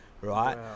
right